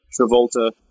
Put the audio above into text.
Travolta